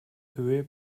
höhe